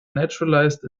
naturalized